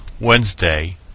wednesday